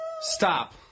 Stop